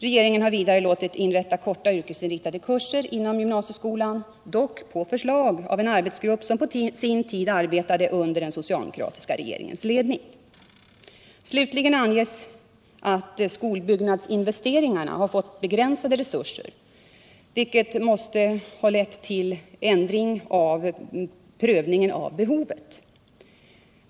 Regeringen har vidare låtit inrätta korta yrkesinriktade kurser inom gymnasieskolan, dock på förslag av en arbetsgrupp som på sin tid arbetade under den socialdemokratiska regeringens ledning. Slutligen anges att skolbyggnadsinvesteringarna har fått begränsade resurser, vilket har lett till en ändring av prövningen av behovet.